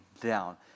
down